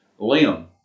Liam